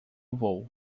vou